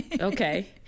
okay